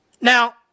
Now